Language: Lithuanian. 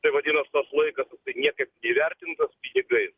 tai vadinas tas laikas tai niekaip neįvertintas pinigais